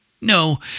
No